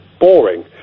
Boring